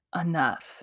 enough